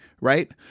right